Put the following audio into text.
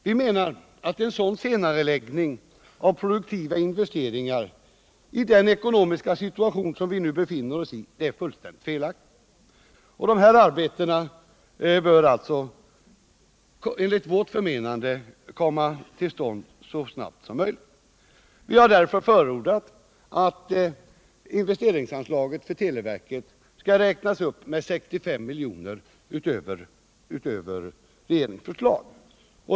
Vi menar att en sådan senareläggning av produktiva investeringar i den ekonomiska situation som vi nu befinner oss i är felaktig. Dessa arbeten bör enligt vårt förmenande komma till stånd så snabbt som möjligt. Vi har därför förordat att investeringsanslaget för televerket skall räknas upp med 65 miljoner utöver regeringens förslag.